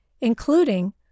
including